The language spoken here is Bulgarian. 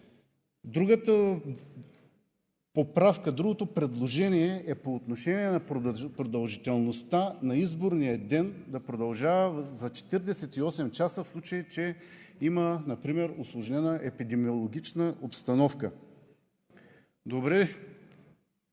законодателство. Другото предложение е по отношение на продължителността на изборния ден да продължава за 48 часа, в случай че има например усложнена епидемиологична обстановка. Добре,